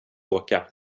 åka